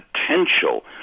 potential